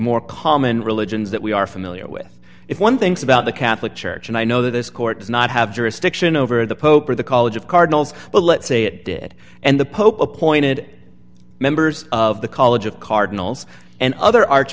more common religions that we are familiar with if one thinks about the catholic church and i know that this court does not have jurisdiction over the pope or the college of cardinals but let's say it did and the pope appointed members of the college of cardinals and other arch